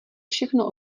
všechno